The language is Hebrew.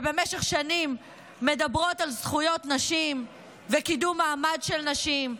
שבמשך שנים מדברות על זכויות נשים וקידום מעמד של נשים,